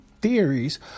theories